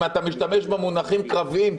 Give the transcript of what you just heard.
אם אתה משתמש במונחים קרביים,